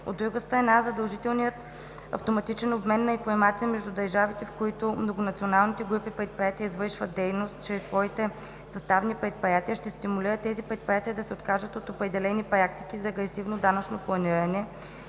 От друга страна, задължителният автоматичен обмен на информация между държавите, в които многонационалните групи предприятия извършват дейност чрез свои съставни предприятия, ще стимулира тези предприятия да се откажат от определени практики за агресивно данъчно планиране,